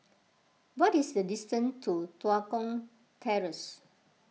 what is the distance to Tua Kong Terrace